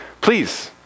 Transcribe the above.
please